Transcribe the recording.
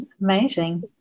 amazing